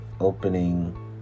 opening